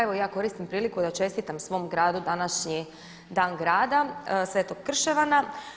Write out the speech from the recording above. Evo ja koristim priliku da čestitam svom gradu današnji dan grada Svetog Krševana.